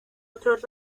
otros